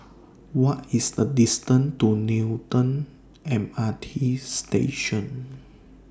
What IS The distance to Newton M R T Station